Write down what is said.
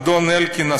אדון אלקין,